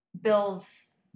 Bill's